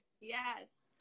yes